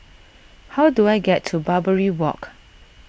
how do I get to Barbary Walk